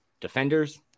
defenders